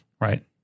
Right